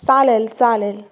चालेल चालेल